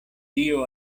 dio